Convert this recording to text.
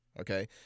okay